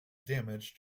damage